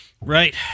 Right